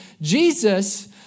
Jesus